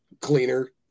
cleaner